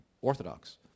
orthodox